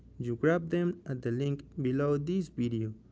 you grab them at the link below this video.